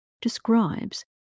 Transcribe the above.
describes